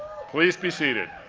please be seated.